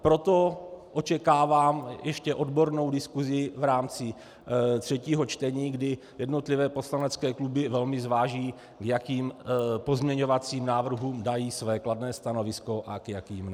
Proto očekávám ještě odbornou diskusi v rámci třetího čtení, kdy jednotlivé poslanecké kluby velmi zváží, k jakým pozměňovacím návrhům dají své kladné stanovisko a k jakým ne.